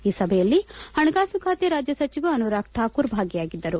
ಈ ಸಭೆಯಲ್ಲಿ ಹಣಕಾಸು ಖಾತೆ ರಾಜ್ಯ ಸಚಿವ ಅನುರಾಗ್ ಠಾಕೂರ್ ಭಾಗಿಯಾಗಿದ್ದರು